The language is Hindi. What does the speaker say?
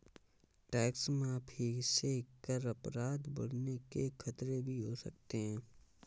टैक्स माफी से कर अपराध बढ़ने के खतरे भी हो सकते हैं